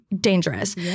dangerous